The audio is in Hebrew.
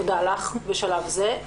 תודה לך בשלב זה.